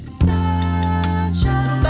Sunshine